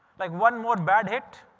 like one more bad hit,